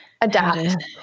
adapt